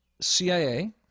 CIA